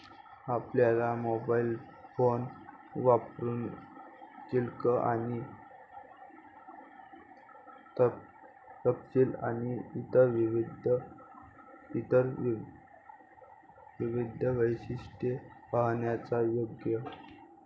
आपला mobile phone वापरुन शिल्लक आणि तपशील आणि इतर विविध वैशिष्ट्ये पाहण्याचा योग